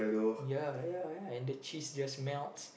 ya ya ya and the cheese just melts